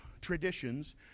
traditions